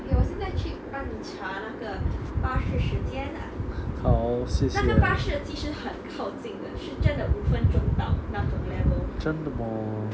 好谢谢真的吗